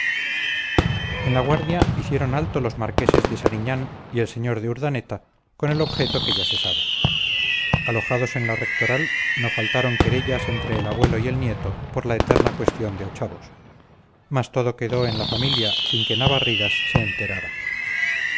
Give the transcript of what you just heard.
en la guardia hicieron alto los marqueses de sariñán y el sr de urdaneta con el objeto que ya se sabe alojados en la rectoral no faltaron querellas entre el abuelo y el nieto por la eterna cuestión de ochavos mas todo quedó en la familia sin que navarridas se enterara